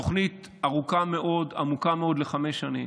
תוכנית ארוכה מאוד, עמוקה מאוד, לחמש שנים,